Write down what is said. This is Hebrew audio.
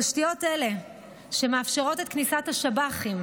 תשתיות אלה מאפשרות את כניסת השב"חים,